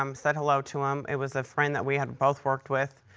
um said hello to him. it was a friend that we had both worked with,